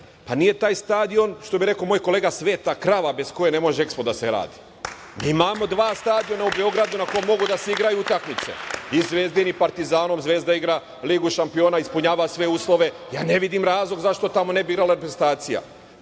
Pa, nije taj stadion što bi rekao moj kolega – sveta krava bez koje ne može EKSPO da se gradi. Mi imamo dva stadiona u Beogradu na kom mogu da se igraju utakmice i Zvezdin i Partizanov, Zvezda igra Ligu Šampiona ispunjava sve uslove, ja ne vidim razlog zašto tamo ne bi igrala reprezentacija.